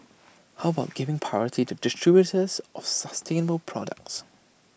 how about giving priority to distributors of sustainable products